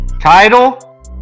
title